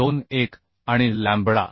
21 आणि लॅम्बडा